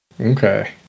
Okay